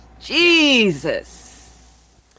Jesus